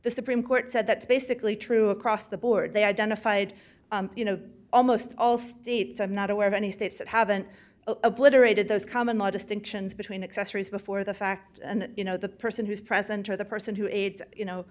the supreme court said that's basically true across the board they identified you know almost all steves i'm not aware of any states that haven't obliterated those common law distinctions between accessories before the fact and you know the person who's presenter the person who aids you know